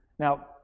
Now